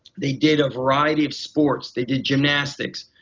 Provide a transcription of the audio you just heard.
they did a variety of sports, they did gymnastics,